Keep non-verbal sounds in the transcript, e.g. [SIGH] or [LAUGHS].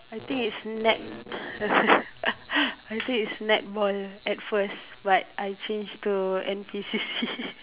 I think it's net [LAUGHS] I think it's netball lah at first but I change to N_P_C_C [LAUGHS]